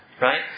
right